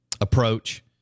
approach